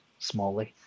smallly